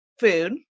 Food